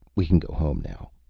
we can go home now.